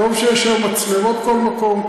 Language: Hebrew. טוב שיש היום מצלמות בכל מקום,